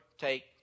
take